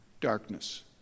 darkness